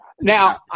Now